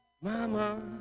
Mama